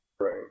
Right